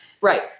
Right